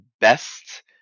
best